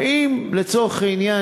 לצורך העניין,